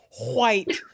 White